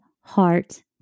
heart